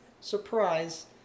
surprise